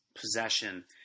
possession